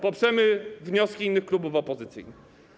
Poprzemy wnioski innych klubów opozycyjnych.